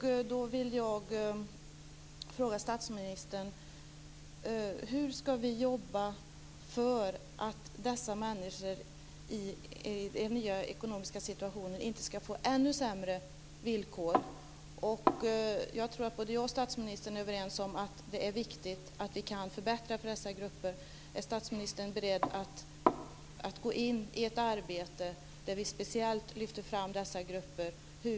Då vill jag fråga statsministern: Hur ska vi jobba för att dessa människor, i denna nya ekonomiska situation, inte ska få ännu sämre villkor? Jag tror att jag och statsministern är överens om att det är viktigt att vi kan förbättra för dessa grupper. Är statsministern beredd att gå in i ett arbete där vi speciellt lyfter fram dessa grupper?